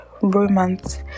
romance